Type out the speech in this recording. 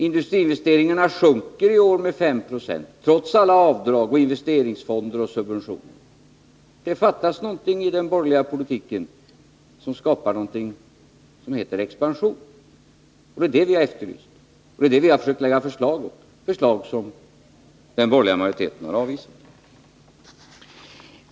Industriinvesteringarna sjunker i år med 5 90 trots alla avdrag, investeringsfonder och subventioner. Det fattas någonting i den borgerliga politiken, någonting som skapar vad vi kallar expansion. Det är det vi har efterlyst, och det är det vi försökt lägga fram förslag om, förslag som den borgerliga majoriteten har avvisat.